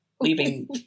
leaving